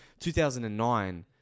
2009